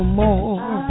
more